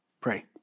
pray